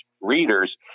readers